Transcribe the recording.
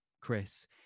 chris